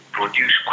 Produce